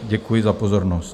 Děkuji za pozornost.